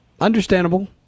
Understandable